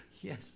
yes